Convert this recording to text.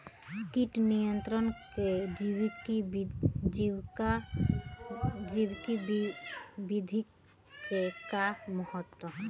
कीट नियंत्रण क जैविक विधि क का महत्व ह?